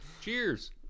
Cheers